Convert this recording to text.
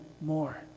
more